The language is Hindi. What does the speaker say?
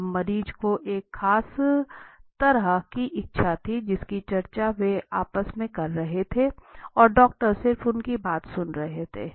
अब मरीज को एक खास तरह की इच्छा थी जिसकी चर्चा वे आपस में कर रहे थे और डॉक्टर सिर्फ उनकी बात सुन रहे थे